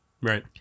right